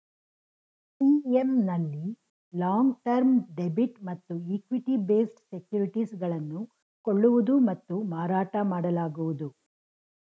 CM ನಲ್ಲಿ long term debit ಮತ್ತು equity based securities ಗಳನ್ನು ಕೊಳ್ಳುವುದು ಮತ್ತು ಮಾರಾಟ ಮಾಡಲಾಗುವುದು